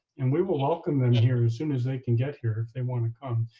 and we will welcome them here as soon as they can get here if they want to come.